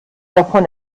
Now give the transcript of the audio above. davon